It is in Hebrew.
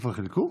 כבר חילקו?